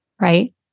Right